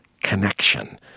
connection